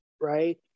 right